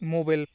mobile